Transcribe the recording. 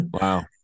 Wow